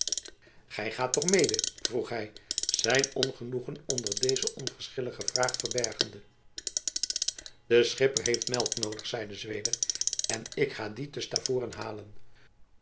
gij toch mede vroeg hij zijn ongenoegen onder deze onverschillige vraag verbergende de schipper heeft melk noodig zeide zweder en ik ga die te stavoren halen